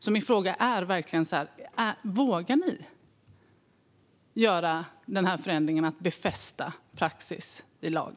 Min fråga är: Vågar ni göra denna förändring och befästa praxis i lag?